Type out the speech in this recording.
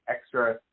extra